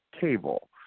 cable